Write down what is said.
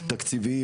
תקציביים,